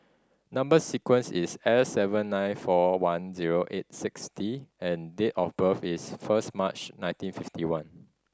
number sequence is S seven nine four one zero eight six D and date of birth is first March nineteen fifty one